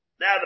Now